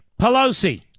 Pelosi